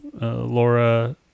Laura